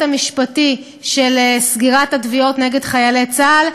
המשפטי של סגירת התביעות נגד חיילי צה"ל,